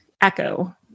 echo